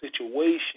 situation